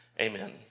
Amen